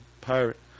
pirate